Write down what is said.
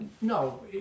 no